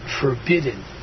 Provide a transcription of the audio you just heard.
forbidden